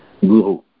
guru